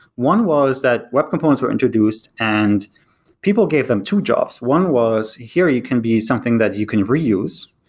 one was that web components were introduced and people gave them two jobs. one was here you can be something that you can reuse,